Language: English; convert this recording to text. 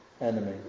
enemy